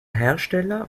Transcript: hersteller